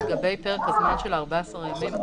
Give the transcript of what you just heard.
לגבי פרק הזמן של 14 ימים,